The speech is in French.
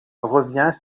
revient